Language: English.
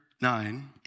nine